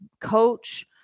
coach